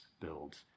builds